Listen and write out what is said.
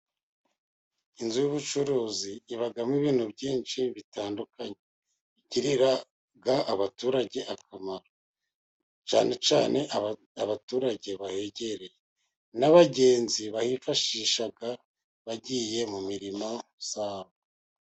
Inzu y'ubucuruzi ibamo ibintu byinshi bitandukanye bigirira abaturage akamaro, cyane cyane abaturage bahegereye n'abagenzi bahifashisha bagiye mu mirimo yabo.